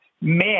man